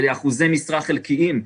באחוזי משרה חלקיים,